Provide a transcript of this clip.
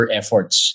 efforts